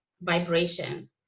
vibration